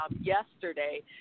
yesterday